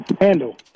Handle